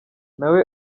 nawe